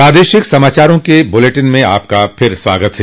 प्रादेशिक समाचारों के इस बुलेटिन में आपका फिर से स्वागत है